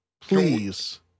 please